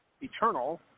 eternal